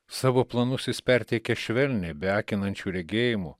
savo planus jis perteikia švelniai be akinančių regėjimų